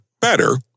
better